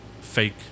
fake